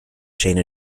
shane